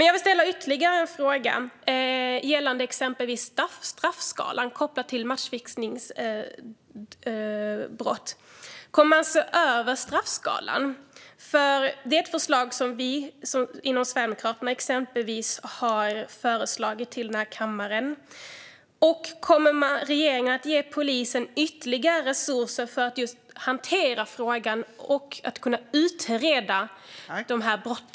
Jag vill ställa ytterligare en fråga gällande straffskalan när det gäller matchfixningsbrott. Kommer man att se över straffskalan? Det är något som vi i Sverigedemokraterna har föreslagit denna kammare. Och kommer regeringen att ge polisen ytterligare resurser för att hantera frågan och kunna utreda dessa brott?